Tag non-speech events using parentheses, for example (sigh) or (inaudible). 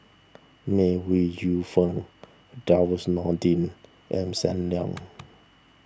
May Ooi Yu Fen (unintelligible) Nordin and Sam Leong